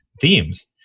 themes